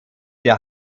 der